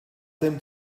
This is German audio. dem